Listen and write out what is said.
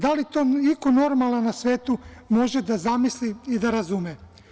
Da li to iko normalan na svetu može da zamisli i da razume?